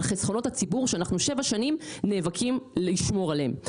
חסכונות הציבור שאנחנו שבע שנים נאבקים לשמור עליהם.